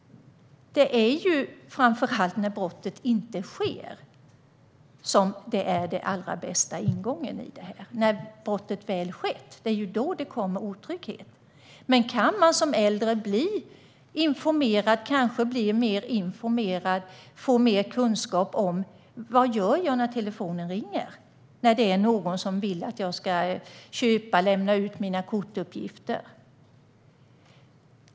Det allra bästa är ju att brottet inte sker, för det är när brottet väl har skett som otryggheten kommer. Det är viktigt att man som äldre kan bli informerad och få mer kunskap om vad man kan göra när telefonen ringer och någon vill att man ska köpa något eller lämna ut sina kortuppgifter.